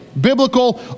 Biblical